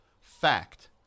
Fact